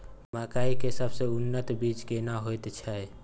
मकई के सबसे उन्नत बीज केना होयत छै?